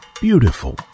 Beautiful